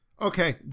Okay